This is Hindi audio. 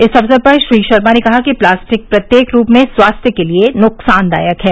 इस अवसर पर श्री शर्मा ने कहा कि प्लास्टिक प्रत्येक रूप में स्वास्थ्य के लिये नुकसानदायक है